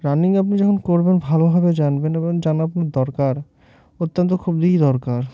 running আপনি যখন করবেন ভালোভাবে জানবেন এবং জানার আপনার দরকার অত্যন্ত খুবই দরকার